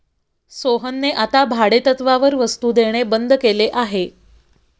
सोहनने आता भाडेतत्त्वावर वस्तु देणे बंद केले आहे